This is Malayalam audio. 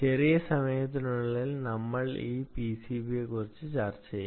കുറച്ച് സമയത്തിനുള്ളിൽ നമ്മൾ ഈ പിസിബിയെക്കുറിച്ച് ചർച്ച ചെയ്യും